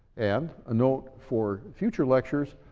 and a note for future lectures,